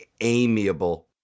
amiable